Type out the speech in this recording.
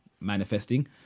manifesting